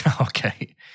Okay